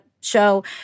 show